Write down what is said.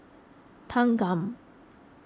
Thanggam